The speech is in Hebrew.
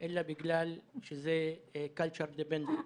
אלא בגלל שזה culture-dependent,